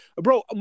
Bro